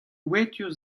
wetur